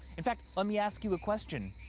in fact, let me ask you a question.